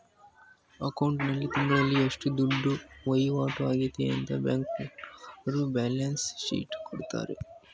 account ಆಲ್ಲಿ ತಿಂಗಳಲ್ಲಿ ಎಷ್ಟು ದುಡ್ಡು ವೈವಾಟು ಆಗದೆ ಅಂತ ಬ್ಯಾಂಕ್ನವರ್ರು ಬ್ಯಾಲನ್ಸ್ ಶೀಟ್ ಕೊಡ್ತಾರೆ